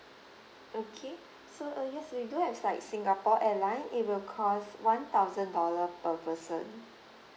okay so uh yes we do have like singapore airline it will cost one thousand dollar per person